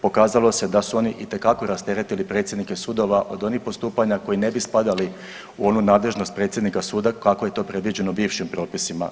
Pokazalo se da su oni itekako rasteretili predsjednike sudova od onih postupanja koji ne bi spadali u oni nadležnost predsjednika suda kako je to predviđeno bivšim propisima.